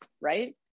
right